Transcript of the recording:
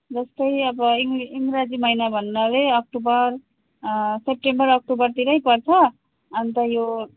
जस्तै अब इङ अङ्ग्रेजी महिना भन्नाले अक्टोबर सेप्टेम्बर अक्टोबरतिरै पर्छ अन्त यो